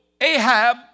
Ahab